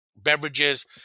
beverages